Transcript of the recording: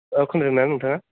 खोनादों ना नोंथाङा